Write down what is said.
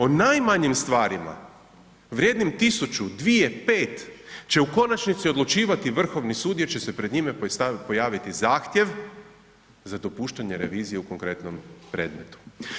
O najmanjim stvarima vrijednim 1000, 2, 5 će u konačnici odlučivati Vrhovni sud jer će se pred njime pojaviti zahtjev za dopuštanje revizije u konkretnom predmetu.